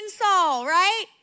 right